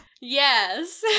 Yes